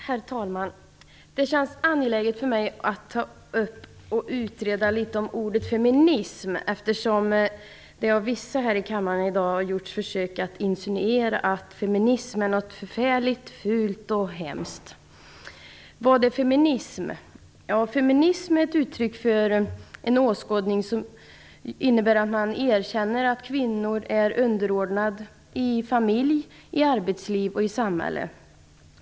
Herr talman! Det känns angeläget för mig att ta upp och reda ut litet om ordet feminism, eftersom det av vissa här i kammaren i dag har gjorts försök att insinuera att feminism är något förfärligt fult och hemskt. Vad är feminism? Ja, feminism är ett uttryck för en åskådning som innebär att man erkänner att kvinnor har en underordnad ställning i familj, arbetsliv och samhälle.